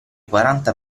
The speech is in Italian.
quaranta